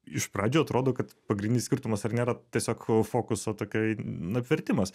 iš pradžių atrodo kad pagrindinis skirtumas ar ne yra tiesiog fokuso tokioj apvertimas